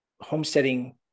homesteading